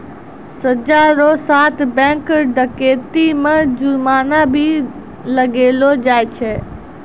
सजा रो साथ बैंक डकैती मे जुर्माना भी लगैलो जाय छै